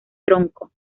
tronco